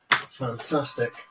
Fantastic